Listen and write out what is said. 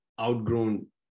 outgrown